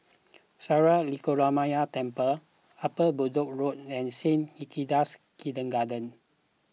Sri Lankaramaya Temple Upper Bedok Road and Saint Hilda's Kindergarten